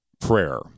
prayer